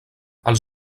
els